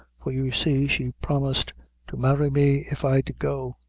for you see she promised to marry me if i'd go.